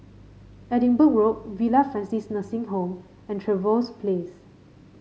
Edinburgh Road Villa Francis Nursing Home and Trevose Place